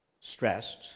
stressed